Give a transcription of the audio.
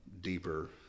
deeper